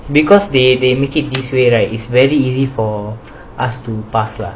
because they they make it this way right is very easy for us to pass lah